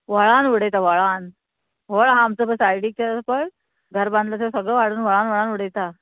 व्हळान उडयता व्हळान व्हळ आमचो सायडीक पळय घर बांदलो थंय सगळो हाडून व्हळान व्हळान उडयता